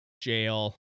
jail